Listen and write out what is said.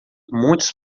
muitos